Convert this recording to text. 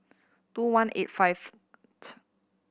two one and eight five